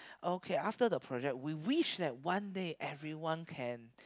okay after the project we wish that one day everyone can